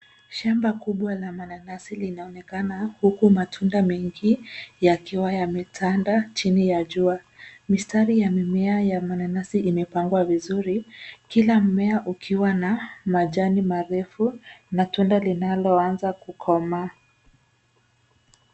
Shamba kubwa la mananasi linaonekana, huku matunda mengi yakiwa yametanda chini ya jua. Mistari ya mimea ya mananasi imepangwa vizuri, kila mmea ukiwa na majani marefu, na tunda linaloanza kukomaa.